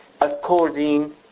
according